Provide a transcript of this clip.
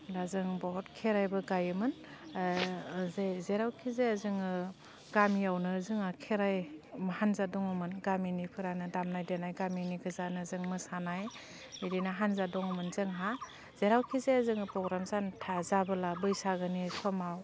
दा जों बहत खेराइबो गायोमोन जे जेरावखि जाया जोङो गामियावनो जोंहा खेराइ हान्जा दङमोन गामिनिफ्रानो दामनाय देनाय गामिनि गोजानो जों मोसानाय बिदिनो हान्जा दङमोन जोंहा जेरावखि जाया जोङो पग्राम जानो था जाबोला बैसागोनि समाव